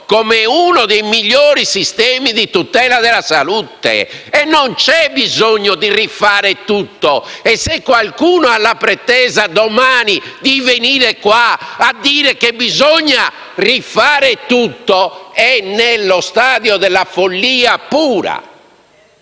anche il nostro sistema di tutela della salute. Non c'è bisogno di rifare tutto e se qualcuno ha la pretesa domani di venire qui a dire che bisogna rifare tutto, vuol dire che è nello stadio della follia pura.